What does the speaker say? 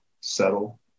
settle